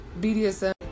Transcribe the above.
BDSM